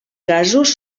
gasos